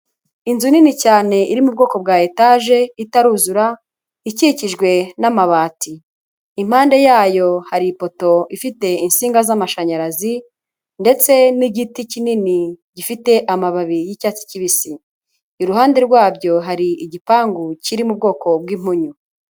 Inzu nini cyane iri mu bwoko bwa etaje itaruzura, ikikijwe n'amabati. Impande yayo hari ipoto ifite insinga z'amashanyarazi ndetse n'igiti kinini, gifite amababi y'icyatsi kibisi. Iruhande rwabyo hari igipangu kiri mu ubwoko bw'impunyu.